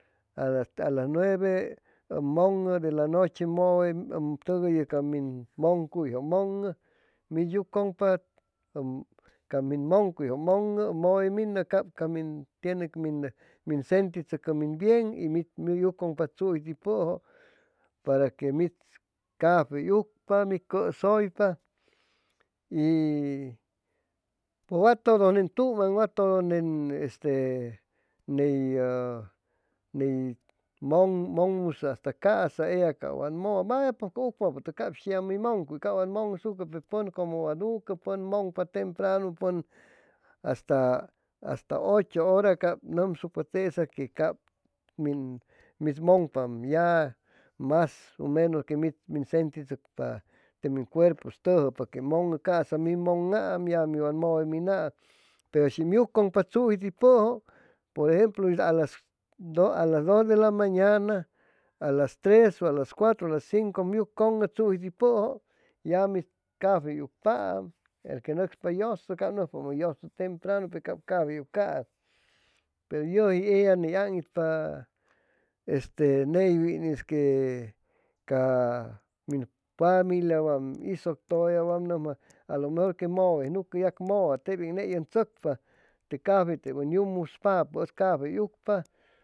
A asta las nueve u mugn'u de la nuche muwe um tuguyu ca mi muncuyju mugn'u mi yucugn'pa um ca min mugn' cuy u mugn'u u muwe minju cab ca min tiene que min sentishucu min bien y mi mi yucugn'pa tsujiti puju para que mits cafey ucpa mi cushuypa y pu wa tudu nen tuman wa tudu nen nen este ney nen mugn' musu asta casa ella ca wa muwa balla pues ca ucpapu tugay shi yamuy mugn'cuy ca wa mugn'sucu pe pun camu wad ucu pun mugn'cuy ca wa mugn'sucu pe pun cumu wad ucu pun mugn'pa tempranu pun asta asta uchu ura cab numshucpa tesa que cab min mis mugn'pa ya mas u menus que mid u sentishucpa te min cuerpu tujupa que mugn'u casa mi mugn'am ya ca mi wa muwe mina'a peru shi um yucugn'pa tsujiti puju pur ejemplu a las dus de la mañana a las tres a las cuadru u a las cincu um yucugn'u tsujiti puju ya mid cafe wepaam el que nucspay yusu cab nucspay yusu tempranu pe cab cafey ucaam peru yuji ella agn'itpaa este neywin este que ca mi familia wa min isuctuya wam numja alu mejur que muwe nuccu yac muwa ney um tshucpa te cafey um yumuspapu ub cafey ucpa